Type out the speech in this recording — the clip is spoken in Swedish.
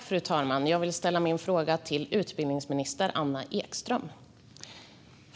Fru talman! Jag vill ställa min fråga till utbildningsminister Anna Ekström.